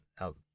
out